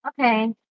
okay